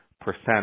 percent